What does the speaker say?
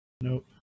Nope